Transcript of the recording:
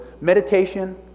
Meditation